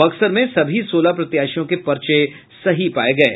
बक्सर में सभी सोलह प्रत्याशियों के पर्चे सही पाये गये